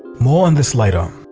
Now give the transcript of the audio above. more on this later.